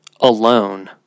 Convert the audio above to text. alone